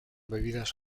bebidas